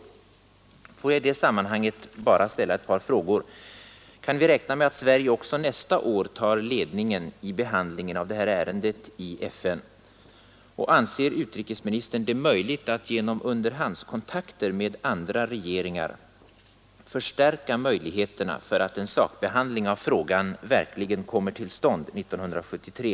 Jag vill i det sammanhanget ställa ett par frågor. Kan vi räkna med att Sverige också nästa år tar ledningen i behandlingen av detta ärende i FN? Anser utrikesministern det möjligt att genom underhandskontakter med andra regeringar förstärka möjlighe terna för att en sakbehandling av frågan verkligen kommer till stånd 1973?